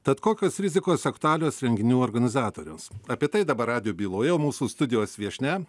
tad kokios rizikos aktualios renginių organizatoriams apie tai dabar radijo byloje mūsų studijos viešnia